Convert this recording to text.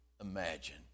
imagine